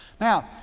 Now